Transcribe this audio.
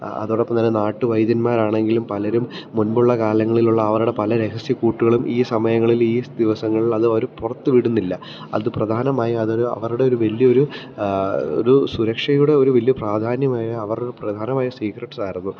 അതോടൊപ്പം തന്നെ നാട്ടു വൈദ്യന്മാരാാണെങ്കിലും പലരും മുൻപുള്ള കാലങ്ങളിലുള്ള അവരുടെ പല രഹസ്യക്കൂട്ടുകളും ഈ സമയങ്ങളിൽ ഈ ദിവസങ്ങളിൽ അത് അവര് പുറത്തുവിടുന്നില്ല അത് പ്രധാനമായി അതൊരു അവരുടെ ഒരു വലിയൊരു ഒരു സുരക്ഷയുടെ ഒരു വലിയ അവരുടെ പ്രധാനമായ സീക്രറ്റ്സ് ആയിരുന്നു